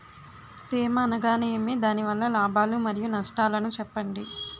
తేమ అనగానేమి? దాని వల్ల లాభాలు మరియు నష్టాలను చెప్పండి?